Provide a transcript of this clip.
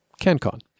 CanCon